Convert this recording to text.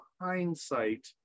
hindsight